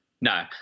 no